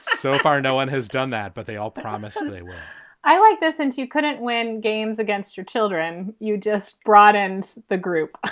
so far, no one has done that, but they all promise me and they will i like this since you couldn't win games against your children. you just broadened the group